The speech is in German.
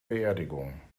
beerdigung